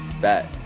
bet